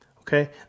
Okay